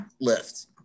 lift